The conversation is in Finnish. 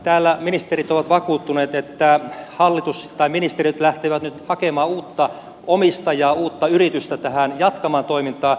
täällä ministerit ovat vakuuttuneet että hallitus tai ministeriöt lähtevät nyt hakemaan uutta omistajaa uutta yritystä tähän jatkamaan toimintaa